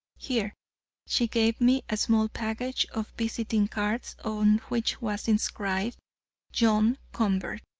here she gave me a small package of visiting cards on which was inscribed john convert.